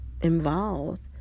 involved